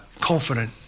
confident